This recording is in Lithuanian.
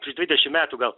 prieš dvidešim metų gal